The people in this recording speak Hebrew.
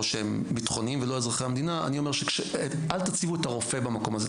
או שהם בטחוניים ולא אזרחי המדינה אל תציבו את הרופא במקום הזה,